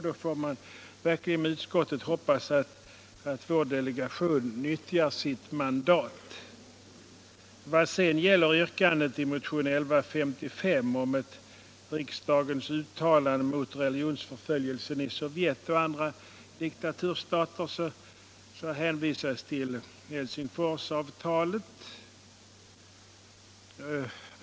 Man får då verkligen med utskottet hoppas att vår delegation nyttjar sitt mandat där. När det gäller yrkandet i motion 1155 om ett riksdagens uttalande mot religionsförföljelsen i Sovjet och andra diktaturstater hänvisas till Helsingforsavtalet.